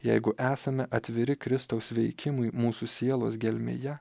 jeigu esame atviri kristaus veikimui mūsų sielos gelmėje